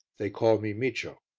they call me micio.